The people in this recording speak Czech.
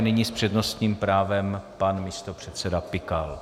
Nyní s přednostním právem pan místopředseda Pikal.